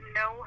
no